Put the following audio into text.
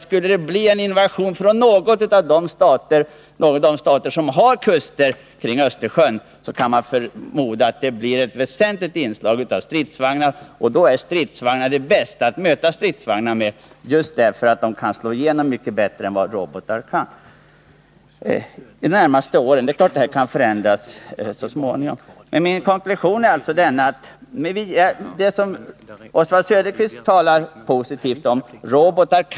Skulle det bli en invasion från någon av de stater som har kust kring Östersjön kan man förmoda att det blir ett väsentligt inslag av stridsvagnar. Och stridsvagnar är det bästa att möta stridsvagnar med, just därför att de är rörliga och kan slå igenom mycket bättre än vad robotar kan. Det här gäller de närmaste åren — det är klart att förhållandena kan förändras så småningom. Oswald Söderqvist talar positivt om robotar.